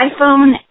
iPhone